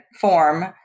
form